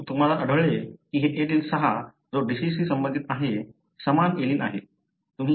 तर तुम्हाला आढळले की हे एलील 6 जो डिसिजशी संबंधित आहे समान एलील आहे